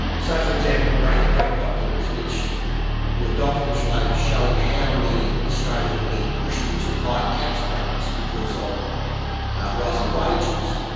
so, for example, bracket creep documents, which were documents related like to showing how many australians were being pushed into higher tax brackets because of rising wages.